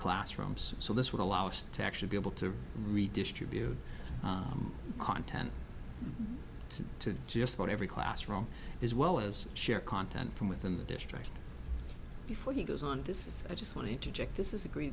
classrooms so this would allow us to actually be able to redistribute content to just about every classroom as well as share content from within the district before he goes on this is i just want to interject this is a great